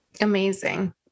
Amazing